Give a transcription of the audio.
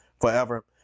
forever